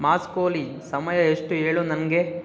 ಮಾಸ್ಕೋಲಿ ಸಮಯ ಎಷ್ಟು ಹೇಳು ನನಗೆ